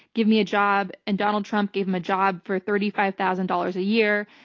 give me a job, and donald trump gave him a job for thirty five thousand dollars a year.